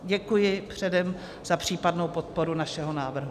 Děkuji předem za případnou podporu našeho návrhu.